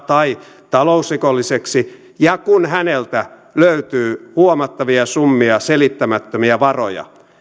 tai talousrikolliseksi ja kun häneltä löytyy huomattavia summia selittämättömiä varoja